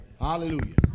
Hallelujah